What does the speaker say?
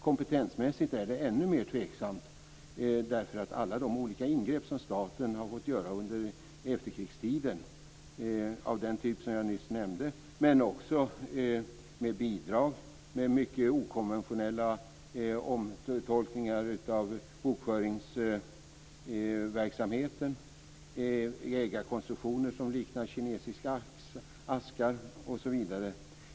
Kompetensmässigt är det ännu mer tveksamt på grund av alla de olika ingrepp som staten har fått göra under efterkrigstiden av den typ som jag nyss nämnde men också med de bidrag med mycket okonventionella omtolkningar av bokföringsverksamheten och med ägarkonstruktioner som liknar kinesiska askar, osv.